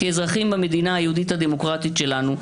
כאזרחים במדינה היהודית הדמוקרטית שלנו,